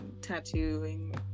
tattooing